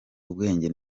ubwenge